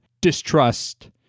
distrust